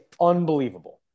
unbelievable